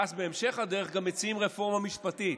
ואז בהמשך הדרך גם מציעים רפורמה משפטית,